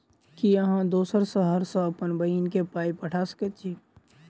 की अहाँ दोसर शहर सँ अप्पन बहिन केँ पाई पठा सकैत छी?